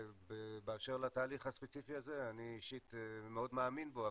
באשר לתהליך הספציפי הזה אני אישית מאוד מאמין בו,